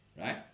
right